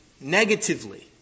Negatively